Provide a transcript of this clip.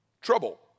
trouble